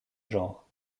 genre